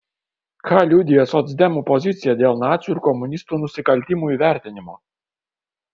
ką liudija socdemų pozicija dėl nacių ir komunistų nusikaltimų įvertinimo